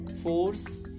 force